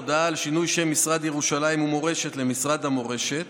הודעה על שינוי שם משרד ירושלים ומורשת למשרד המורשת